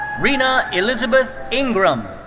rena elizabeth ingram.